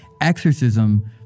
exorcism